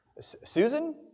Susan